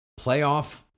Playoff